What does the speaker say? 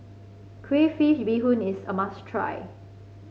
Crayfish Beehoon is a must try